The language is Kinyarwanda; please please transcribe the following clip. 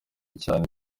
cyane